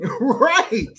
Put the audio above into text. Right